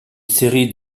série